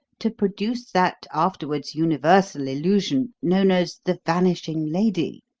to produce that afterwards universal illusion known as the vanishing lady